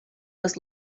was